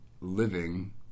living